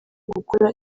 gukora